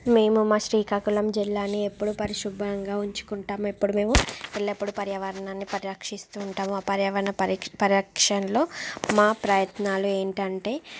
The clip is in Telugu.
మేము మా శ్రీకాకుళం జిల్లాని ఎప్పుడు పరిశుభ్రంగా ఉంచుకుంటాం ఎప్పుడు మేము ఎల్లప్పుడు పర్యావరణాన్ని పరిరక్షిస్తూ ఉంటాము పర్యావరణ పరీక్ష పరిరక్షణలో మా ప్రయత్నాలు ఏమిటంటే